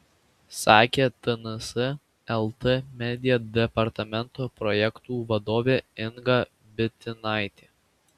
sakė tns lt media departamento projektų vadovė inga bitinaitė